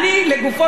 אגב,